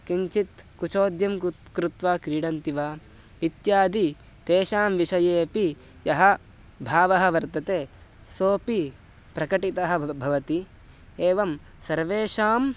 किञ्चित् कुचोद्यं गुत् कृत्वा क्रीडन्ति वा इत्यादि तेषां विषयेपि यः भावः वर्तते सोपि प्रकटितः भवति एवं सर्वेषाम्